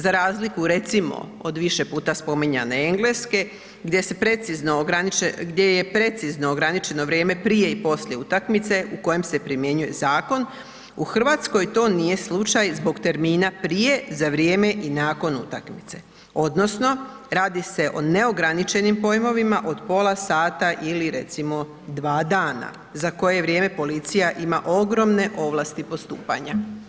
Za razliku, recimo od više puta spominjane Engleske, gdje se precizno, gdje je precizno ograničeno vrijeme prije i poslije utakmice u kojem se primjenjuje zakon, u Hrvatskoj to nije slučaj zbog termina prije, za vrijeme i nakon utakmice, odnosno radi se o neograničenim pojmovima od pola sata ili, recimo 2 dana, za koje vrijeme policija ima ogromne ovlasti postupanja.